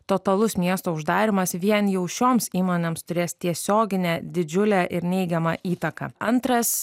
totalus miesto uždarymas vien jau šioms įmonėms turės tiesioginę didžiulę ir neigiamą įtaką antras